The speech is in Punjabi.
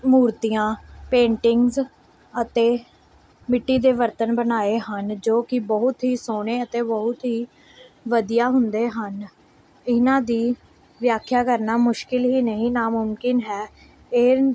ਮੂਰਤੀਆਂ ਪੇਂਟਿੰਗਸ ਅਤੇ ਮਿੱਟੀ ਦੇ ਬਰਤਨ ਬਣਾਏ ਹਨ ਜੋ ਕਿ ਬਹੁਤ ਹੀ ਸੋਹਣੇ ਅਤੇ ਬਹੁਤ ਹੀ ਵਧੀਆ ਹੁੰਦੇ ਹਨ ਇਹਨਾਂ ਦੀ ਵਿਆਖਿਆ ਕਰਨਾ ਮੁਸ਼ਕਿਲ ਹੀ ਨਹੀਂ ਨਾਮੁਮਕਿਨ ਹੈ ਇਹ